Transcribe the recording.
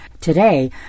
Today